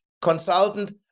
consultant